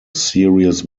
series